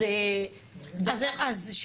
אז --- אז,